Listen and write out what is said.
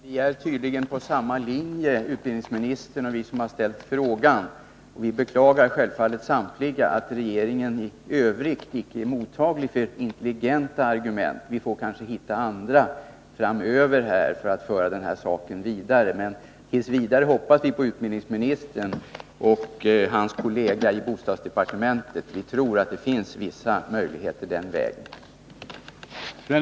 Herr talman! Utbildningsministern och vi som ställt frågan har tydligen samma inriktning. Vi beklagar självfallet samtliga att regeringen i övrigt icke är mottaglig för intelligenta argument. Vi får kanske hitta andra framöver för att föra denna sak vidare. Men t. v. hoppas vi på utbildningsministern och hans kollega i bostadsdepartementet. Vi tror att det finns vissa möjligheter den vägen.